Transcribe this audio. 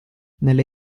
nelle